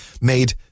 made